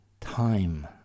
time